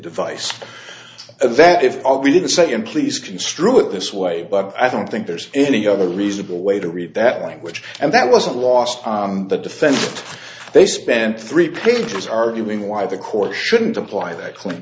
device that if we did the second please construe it this way but i don't think there's any other reasonable way to read that language and that wasn't lost on the defense they spent three pages arguing why the court shouldn't apply that cl